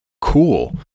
cool